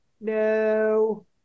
no